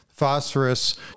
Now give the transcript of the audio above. phosphorus